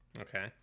Okay